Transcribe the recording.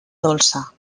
dolça